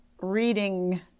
reading